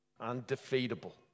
undefeatable